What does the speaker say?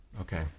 Okay